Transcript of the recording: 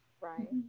right